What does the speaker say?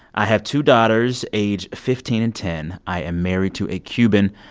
i have two daughters, age fifteen and ten. i am married to a cuban.